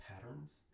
patterns